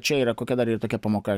čia yra kokia dar ir tokia pamoka